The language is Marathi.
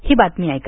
ही बातमी ऐका